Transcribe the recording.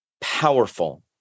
powerful